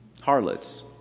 harlots